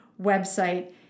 website